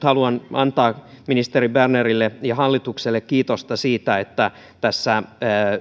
haluan antaa ministeri bernerille ja hallitukselle kiitosta siitä että tässä